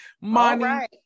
money